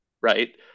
right